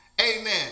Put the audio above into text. Amen